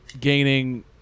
Gaining